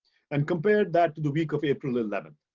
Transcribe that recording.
and compare that to the week of april eleven.